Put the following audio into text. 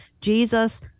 Jesus